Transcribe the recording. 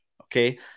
okay